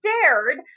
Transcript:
stared